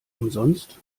umsonst